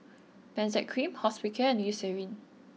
Benzac cream Hospicare and Eucerin